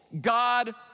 God